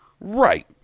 Right